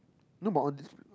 know about all these